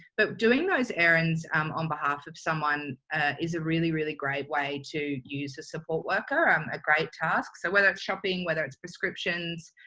but doing those errands on behalf of someone is a really, really great way to use a support worker and um a great task. so whether it's shopping, whether it's prescriptions,